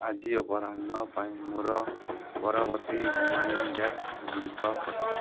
ଆଜି ଅପରାହ୍ନ ପାଇଁ ମୋର ପରବର୍ତ୍ତୀ ରିମାଇଣ୍ଡର୍ଗୁଡ଼ିକ ପଢ଼